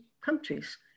countries